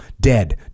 dead